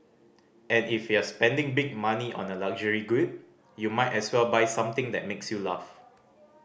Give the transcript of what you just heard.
and if you're spending big money on a luxury good you might as well buy something that makes you laugh